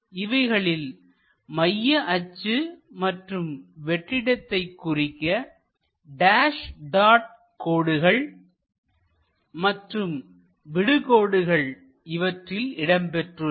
இவைகளில் மைய அச்சு மற்றும் வெற்றிடத்தை குறிக்க டேஸ் டாட் கோடுகள் மற்றும் விடு கோடுகள் இவற்றில் இடம்பெற்றுள்ளன